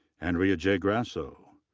andrea j. grasso.